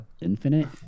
Infinite